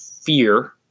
fear